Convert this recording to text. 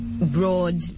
Broad